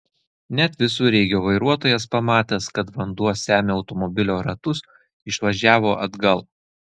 net visureigio vairuotojas pamatęs kad vanduo semia automobilio ratus išvažiavo atgal